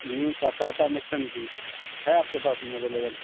new Tata Nexon کی ہے آپ کے پاس میں اویلیبل